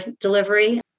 delivery